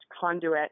conduit